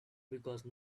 because